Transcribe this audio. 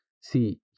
see